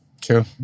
True